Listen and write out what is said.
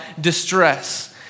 distress